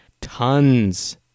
tons